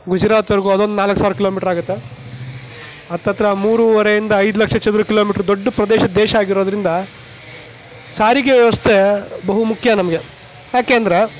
ಗುಜರಾತ್ವರೆಗೂ ಅದೊಂದು ನಾಲ್ಕು ಸಾವಿರ ಕಿಲೋಮೀಟರ್ ಆಗತ್ತೆ ಹತ್ರತ್ರ ಮೂರುವರೆಯಿಂದ ಐದು ಲಕ್ಷ ಚದರ ಕಿಲೋಮೀಟರ್ ದೊಡ್ಡದು ಪ್ರದೇಶದ ದೇಶ ಆಗಿರೋದ್ರಿಂದ ಸಾರಿಗೆ ವ್ಯವಸ್ಥೆ ಬಹುಮುಖ್ಯ ನಮಗೆ ಯಾಕೆಂದರೆ